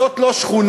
זאת לא שכונה.